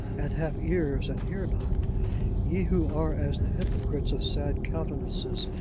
and have ears and hear not ye who are as the hypocrites of sad countenances,